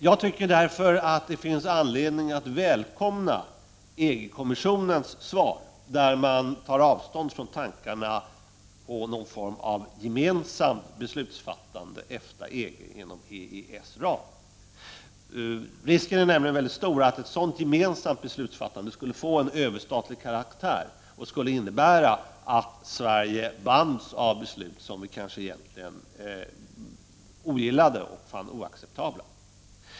Jag tycker därför att det finns anledning att välkomna EG kommissionens svar, där man tar avstånd från tankar på någon form av gemensamt beslutsfattande i EFTA—-EG inom EES-ramen. Risken är nämligen stor att sådant gemensamt beslutsfattande skulle vara av överstatlig karaktär och innebära att Sverige bands av beslut som vi egentligen ogillade och fann oacceptabla.